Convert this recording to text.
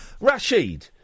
Rashid